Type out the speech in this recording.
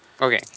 Okay